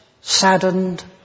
saddened